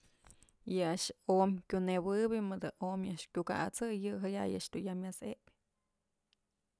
Yë a'ax omy kunëbëbyë mëdë omyë a'ax kyukasëy yë ja'ay a'ax dun ya myas epyë.